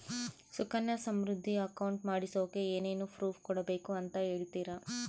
Sukanya Samriddhi account ಮಾಡಿಸೋಕೆ ಏನೇನು proof ಕೊಡಬೇಕು ಅಂತ ಹೇಳ್ತೇರಾ?